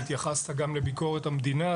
והתייחסת גם לביקורת המדינה,